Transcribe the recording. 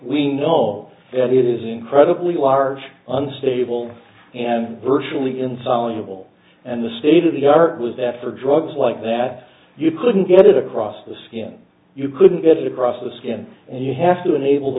we know that it is incredibly large unstable and virtually insoluble and the state of the art was that for drugs like that you couldn't get it across the skin you couldn't get it across the skin and you have to enable the